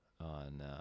on